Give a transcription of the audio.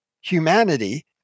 humanity